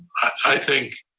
i think